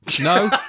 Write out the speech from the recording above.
No